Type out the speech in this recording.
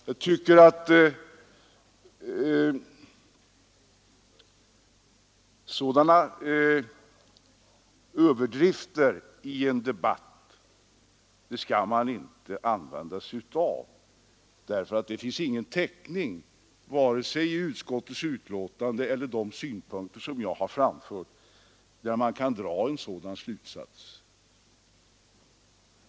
Jag tycker inte man skall använda sådana överdrifter i en debatt. Det finns ingen täckning vare sig i utskottets betänkande eller i de synpunkter jag har framfört för en sådan slutsats.